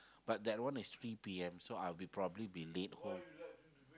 but that one is three P_M so I will probably be late home